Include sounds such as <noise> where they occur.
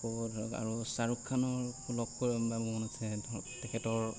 আৰু ধৰক আৰু শ্বাহৰুখ খানক লগ কৰিব <unintelligible> মন আছে তেখেতৰ